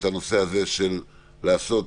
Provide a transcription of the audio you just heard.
לעשות